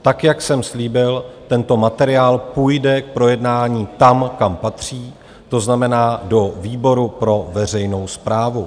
Tak jak jsem slíbil, tento materiál půjde k projednání tam, kam patří, to znamená do výboru pro veřejnou správu.